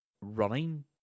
running